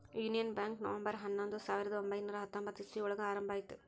union Bank November ಹನ್ನೊಂದು ಸಾವಿರದ ಒಂಬೈನುರ ಹತ್ತೊಂಬತ್ತು ಇಸ್ವಿ ಒಳಗ ಆರಂಭ ಆಯ್ತು